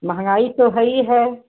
महंगाई तो है ही है